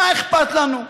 מה אכפת לנו?